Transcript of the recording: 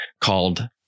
called